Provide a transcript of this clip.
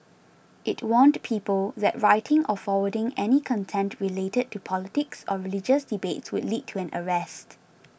it warned people that writing or forwarding any content related to politics or religious debates would lead to an arrest